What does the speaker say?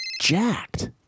jacked